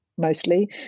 mostly